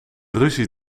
ruzie